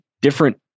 different